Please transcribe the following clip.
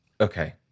Okay